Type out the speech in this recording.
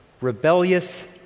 rebellious